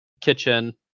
kitchen